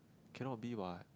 can not be what